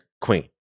Queen